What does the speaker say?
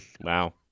Wow